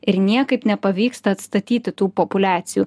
ir niekaip nepavyksta atstatyti tų populiacijų